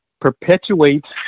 perpetuates